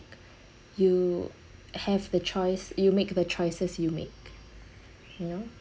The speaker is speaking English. you have the choice you make the choices you make you know